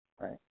right